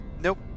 Nope